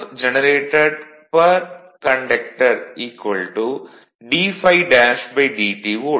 generated per conductor d∅ dt volt